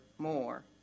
more